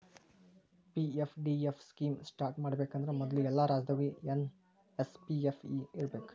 PFDF scheme start ಮಾಡಬೇಕಂದ್ರ ಮೊದ್ಲು ಎಲ್ಲಾ ರಾಜ್ಯದಾಗು ಎಸ್.ಪಿ.ಎಫ್.ಇ ಇರ್ಬೇಕು